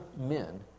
men